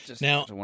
Now